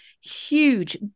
huge